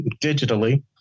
digitally